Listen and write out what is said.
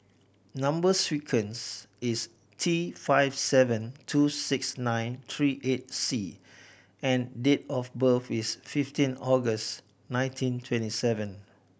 number sequence is T five seven two six nine three eight C and date of birth is fifteen August nineteen twenty seven